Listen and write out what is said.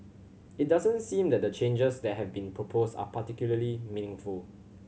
it doesn't seem that the changes that have been proposed are particularly meaningful